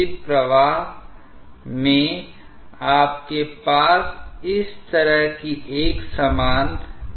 जब आपके पास अभिसरण अनुभाग होता है तो आपके पास प्रवाह पृथक्करण का ऐसा कोई मामला नहीं होता है